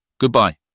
Goodbye